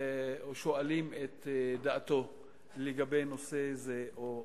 ושואלים את דעתו לגבי נושא זה או אחר.